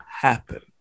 happen